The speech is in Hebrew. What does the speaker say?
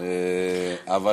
בסדר,